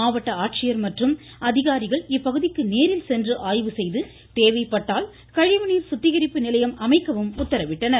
மாவட்ட ஆட்சியர் மற்றும் அதிகாரிகள் இப்பகுதிக்கு நேரில் சென்று தேவைப்பட்டால் கழிவுநீர் சுத்திகரிப்பு நிலையம் அமைக்க ஆய்வுசெய்து உத்தரவிட்டனர்